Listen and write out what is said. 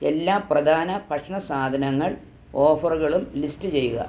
എല്ലാ പ്രധാന ഭക്ഷണ സാധനങ്ങൾ ഓഫറുകളും ലിസ്റ്റ് ചെയ്യുക